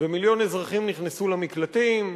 ומיליון אזרחים נכנסו למקלטים.